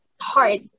hard